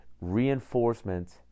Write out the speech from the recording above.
reinforcement